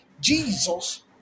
Jesus